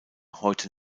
heute